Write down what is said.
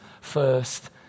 first